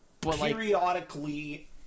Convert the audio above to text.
periodically